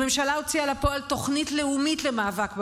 הממשלה הוציאה לפועל תוכנית לאומית למאבק בפשיעה,